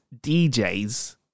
DJs